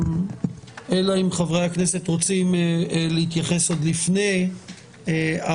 אלא אם חברי הכנסת רוצים להתייחס עוד לפני הדוברים